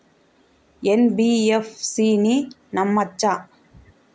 NBFC ని నమ్మచ్చా?